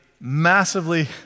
massively